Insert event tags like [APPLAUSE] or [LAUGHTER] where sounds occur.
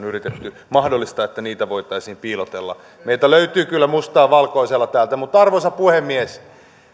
[UNINTELLIGIBLE] yritetty mahdollistaa että näitä omistuksia voitaisiin piilotella meiltä löytyy kyllä mustaa valkoisella täältä mutta arvoisa puhemies